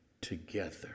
together